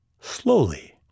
slowly